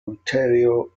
ontario